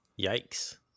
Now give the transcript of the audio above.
Yikes